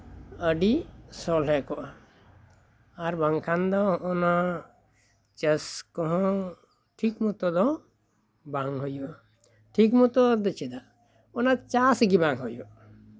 ᱟᱹᱰᱤ ᱥᱚᱞᱦᱮ ᱠᱚᱜᱼᱟ ᱟᱨ ᱵᱟᱝᱠᱷᱟᱱ ᱫᱚ ᱦᱚᱸᱜᱼᱚ ᱱᱚᱣᱟ ᱪᱟᱥ ᱠᱚᱦᱚᱸ ᱴᱷᱤᱠ ᱢᱚᱛᱚ ᱫᱚ ᱵᱟᱝ ᱦᱩᱭᱩᱜᱼᱟ ᱴᱷᱤᱠ ᱢᱚᱛᱚ ᱫᱚ ᱪᱮᱫᱟᱜ ᱚᱱᱟ ᱪᱟᱥ ᱜᱮᱵᱟᱝ ᱦᱩᱭᱩᱜᱼᱟ